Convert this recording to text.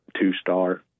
two-star